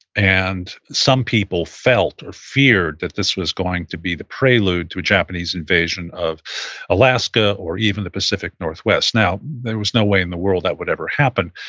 and some people felt or feared that this was going to be the prelude to a japanese invasion of alaska or even the pacific northwest. now, there was no way in the world that would ever happen,